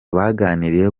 baganiriye